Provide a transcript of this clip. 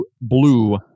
Blue